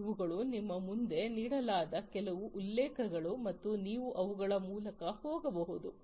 ಇವುಗಳು ನಿಮ್ಮ ಮುಂದೆ ನೀಡಲಾದ ಕೆಲವು ಉಲ್ಲೇಖಗಳು ಮತ್ತು ನೀವು ಅವುಗಳ ಮೂಲಕ ಹೋಗಬಹುದು